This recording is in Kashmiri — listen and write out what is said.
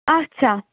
اچھا